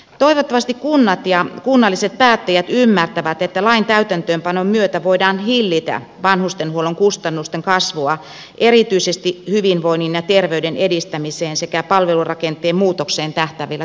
toivottavasti kunnat ja kunnalliset päättäjät ymmärtävät että lain täytäntöönpanon myötä voidaan hillitä vanhustenhuollon kustannusten kasvua erityisesti hyvinvoinnin ja terveyden edistämiseen sekä palvelurakenteen muutokseen tähtäävillä toimilla